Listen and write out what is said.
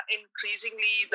increasingly